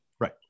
Right